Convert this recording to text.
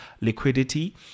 liquidity